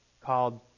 called